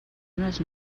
unes